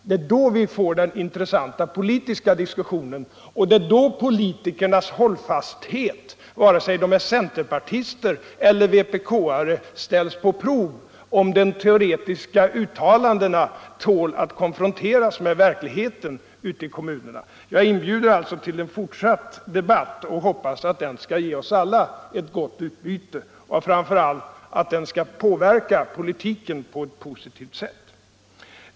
Det är då vi får den intressanta politiska diskussionen och det är då politikernas hållfasthet, vare sig de är centerpartister eller vpk-are, ställs på prov — om de teoretiska uttalandena tål att konfronteras med verkligheten ute i kommunerna. Jag inbjuder alltså till en fortsatt debatt och hoppas att den skall ge oss alla ett gott utbyte — och framför allt att den skall påverka politiken på ett positivt sätt.